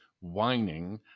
whining